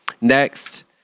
Next